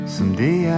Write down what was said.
Someday